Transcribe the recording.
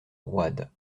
roide